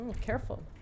Careful